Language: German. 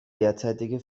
derzeitige